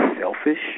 selfish